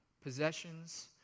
possessions